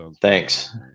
Thanks